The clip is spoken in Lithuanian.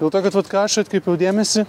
dėl to kad vat ką aš atkreipiau dėmesį